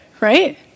right